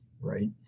right